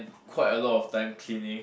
quite a lot of time cleaning